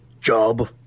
job